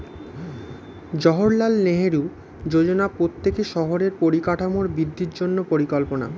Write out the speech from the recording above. জাওহারলাল নেহেরু যোজনা প্রত্যেক শহরের পরিকাঠামোর বৃদ্ধির জন্য পরিকল্পনা